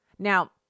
Now